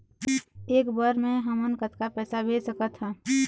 एक बर मे हमन कतका पैसा भेज सकत हन?